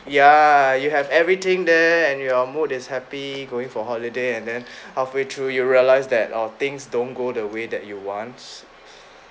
ya you have everything there and your mood is happy going for holiday and then halfway through you realised that oh things don't go the way that you want